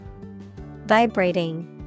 Vibrating